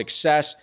success